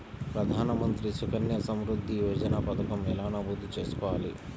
ప్రధాన మంత్రి సుకన్య సంవృద్ధి యోజన పథకం ఎలా నమోదు చేసుకోవాలీ?